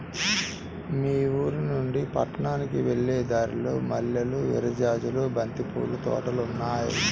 మా ఊరినుంచి పట్నానికి వెళ్ళే దారిలో మల్లెలు, విరజాజులు, బంతి పూల తోటలు ఉన్నాయ్